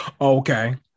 Okay